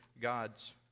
God's